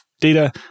data